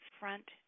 front